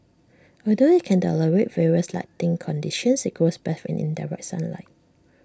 although IT can tolerate various lighting conditions IT grows best in indirect sunlight